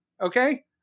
Okay